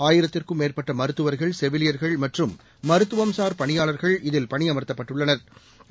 ஆயிரத்துக்கும் மேற்பட்ட மருத்துவாகள் செவிலியாகள் மற்றும் மருத்துவம்சாா் பணியாளாகள் இதில் பணியமா்த்தப்பட்டுள்ளனா்